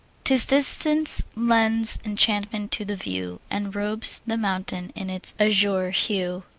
tis distance lends enchantment to the view and robes the mountain in its azure hue.